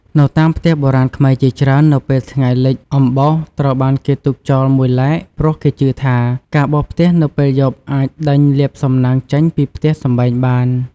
នៅតាមផ្ទះបុរាណខ្មែរជាច្រើន នៅពេលថ្ងៃលិចអំបោសត្រូវបានគេទុកចោលមួយឡែក ព្រោះគេជឿថា ការបោសផ្ទះនៅពេលយប់អាចដេញលាភសំណាងចេញពីផ្ទះសម្បែងបាន។